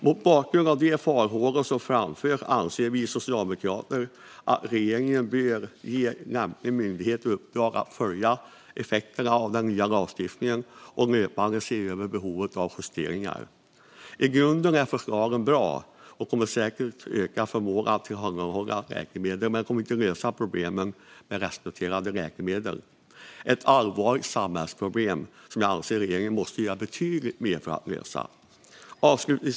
Mot bakgrund av de farhågor som framförts anser vi socialdemokrater att regeringen bör ge en lämplig myndighet i uppdrag att följa effekterna av den nya lagstiftningen och löpande se över behovet av justeringar. I grunden är förslagen bra och kommer säkert att öka förmågan att tillhandahålla läkemedel, men de kommer inte lösa problemet med restnoterade läkemedel. Det är ett allvarligt samhällsproblem som jag anser att regeringen måste göra betydlig mer för att lösa.